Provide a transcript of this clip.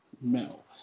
Mel